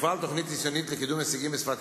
תופעל תוכנית ניסיונית לקידום הישגים בשפת